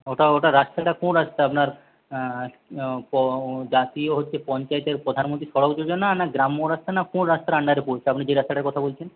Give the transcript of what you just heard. ওটা ওটা রাস্তাটা কোন রাস্তা আপনার জাতীয় হচ্ছে পঞ্চায়েতের প্রধানমন্ত্রী সড়ক যোজনা না গ্রাম্য রাস্তা না কোন রাস্তার আন্ডারে পড়ছে আপনি যে রাস্তাটার কথা বলছেন